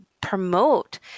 promote